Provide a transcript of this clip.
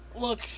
Look